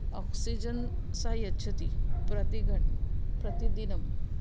oxygen सा यच्छति प्रतिघण् प्रतिदिनम्